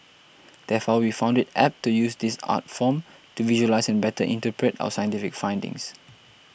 therefore we found it apt to use this art form to visualise and better interpret our scientific findings